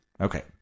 Okay